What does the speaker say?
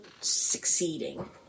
succeeding